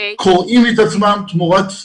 קורעים את עצמם תמורת כלום.